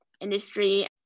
industry